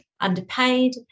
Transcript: underpaid